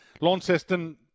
Launceston